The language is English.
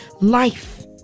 life